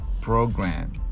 program